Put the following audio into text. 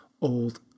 old